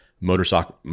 Motorcycle